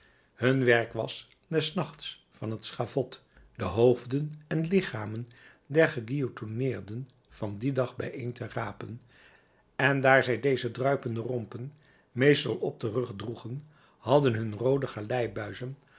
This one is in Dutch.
hun werk was des nachts van het schavot de hoofden en lichamen der geguillotineerden van dien dag bijeen te rapen en daar zij deze druipende rompen meestal op den rug droegen hadden hun roode